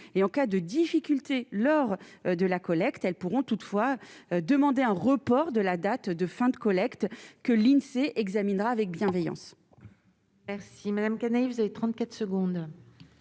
et en cas de difficultés lors de la collecte, elles pourront toutefois demander un report de la date de fin de collecte que l'Insee examinera avec bienveillance.